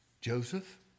joseph